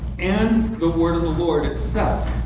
and the word of the lord itself,